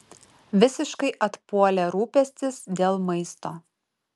visiškai atpuolė rūpestis dėl maisto